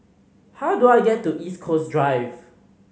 how do I get to East Coast Drive